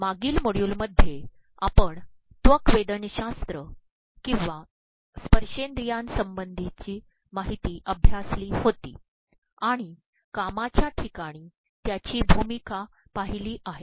मागील मॉड्यूलमध्ये आपण त्वकवेदनशास्त्र किवा स्पर्शेंद्रियासंबंधीची माहिती अभ्यासली होती आणि कामाच्या ठिकाणी त्याची भूमिका पाहिली आहे